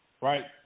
right